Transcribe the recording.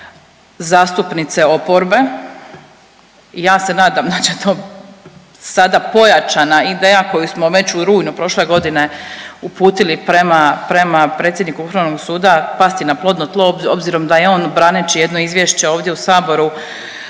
zastupnice oporbe i ja se nadam da će to sada pojačana ideja koju smo već u rujnu prošle godine uputili prema, prema predsjedniku Vrhovnog suda, pasti na plodno tlo obzirom da je on braneći jedno izvješće ovdje u saboru